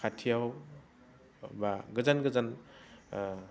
खाथियाव बा गोजान गोजान